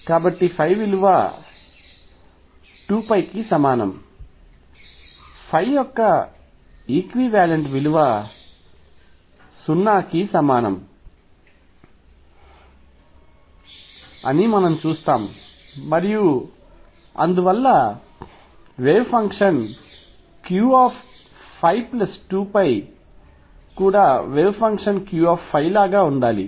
కాబట్టివిలువ 2 కి సమానం యొక్క ఈక్వీవాలెంట్ విలువ 0 కి సమానం అని మనం చూస్తాము మరియు అందువల్ల వేవ్ ఫంక్షన్ Qϕ2 π కూడా వేవ్ ఫంక్షన్ Q ϕ లాగా ఉండాలి